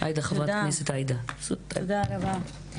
תודה רבה.